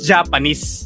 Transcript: Japanese